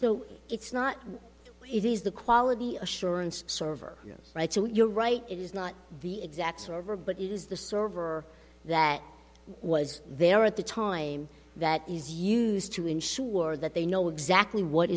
so it's not it is the quality assurance server right so you're right it is not the exact server but it is the server that was there at the time that is used to ensure that they know exactly what